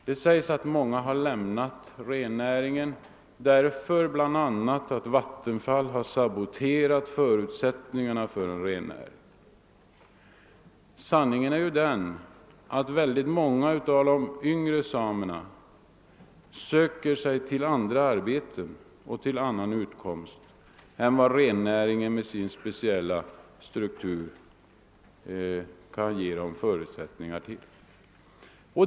Det sägs att många har lämnat rennäringen bl a. därför att Vattenfall har saboterat förutsättningarna för en rennäring. Sanningen är den att synnerligen många av de yngre samerna söker sig till andra arbeten med annan utkomst och andra förhållanden än rennäringen med sin speciella struktur ger förutsättningar för.